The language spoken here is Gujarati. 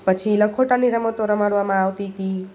પછી લખોટાની રમતો રમાડવામાં આવતી હતી